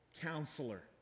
counselor